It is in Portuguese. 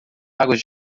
águas